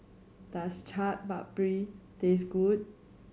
does Chaat Papri taste good